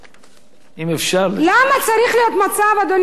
אם אפשר, למה צריך להיות מצב, אדוני היושב-ראש,